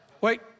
Wait